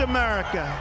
America